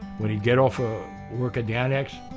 when he'd get off work at the annex,